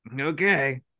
okay